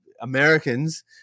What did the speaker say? Americans